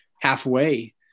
halfway